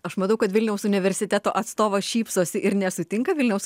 aš matau kad vilniaus universiteto atstovas šypsosi ir nesutinka